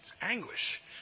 Anguish